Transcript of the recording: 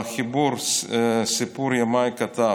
בחיבור "סיפור ימיי" כתב: